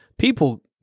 People